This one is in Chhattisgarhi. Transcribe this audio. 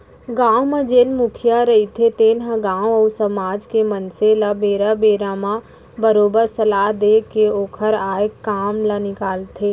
गाँव म जेन मुखिया रहिथे तेन ह गाँव अउ समाज के मनसे ल बेरा बेरा म बरोबर सलाह देय के ओखर आय काम ल निकालथे